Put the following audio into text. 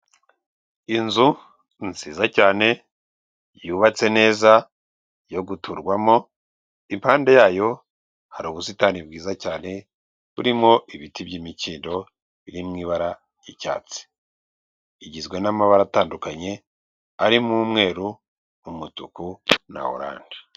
Abantu batandukanye barimo abagore n'abagabo bari mu cyumba cyabugenewe gukorerwamo inama kirimo ameza yabugenewe ndetse n'intebe z'umukara zicayemo abo bantu bafite n'ama mashini bari kwiga ku kibazo runaka cyabahurije aho hantu.